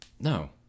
No